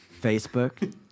Facebook